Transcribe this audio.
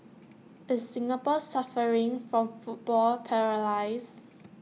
is Singapore suffering from football paralyse